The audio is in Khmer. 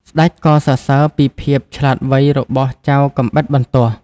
ស្ដេចក៏សរសើរពីភាពឆ្លាតវៃរបស់ចៅកាំបិតបន្ទោះ។